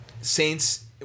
Saints